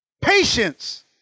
patience